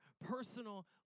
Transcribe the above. personal